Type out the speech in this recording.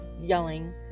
yelling